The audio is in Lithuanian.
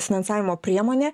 finansavimo priemonę